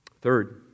Third